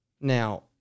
Now